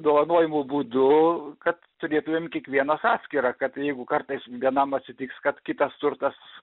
dovanojimu būdu kad turėtumėm kiekvienas atskirą kad jeigu kartais vienam atsitiks kad kitas turtas